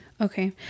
okay